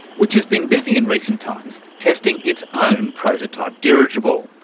which has been busy in recent times testing its own prototype dirigible,